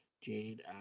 Jade